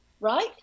Right